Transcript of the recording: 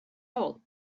old